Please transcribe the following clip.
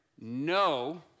No